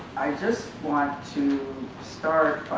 i just want to start